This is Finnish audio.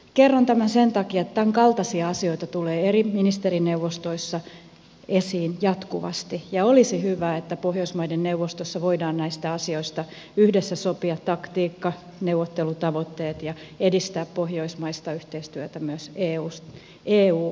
kerron tämän sen takia että tämänkaltaisia asioita tulee eri ministerineuvostoissa esiin jatkuvasti ja olisi hyvä että pohjoismaiden neuvostossa voidaan näistä asioista yhdessä sopia taktiikka neuvottelutavoitteet ja edistää pohjoismaista yhteistyötä myös eu asioissa